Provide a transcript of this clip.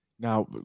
Now